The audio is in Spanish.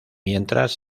mientras